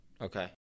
Okay